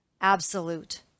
absolute